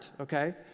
okay